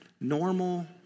normal